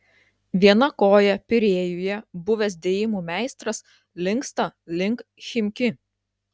viena koja pirėjuje buvęs dėjimų meistras linksta link chimki